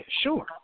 sure